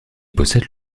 possède